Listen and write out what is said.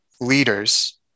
leaders